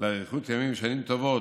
לאריכות ימים ושנים טובות,